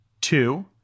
Two